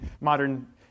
modern